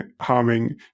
harming